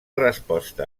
resposta